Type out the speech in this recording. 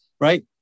right